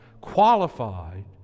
qualified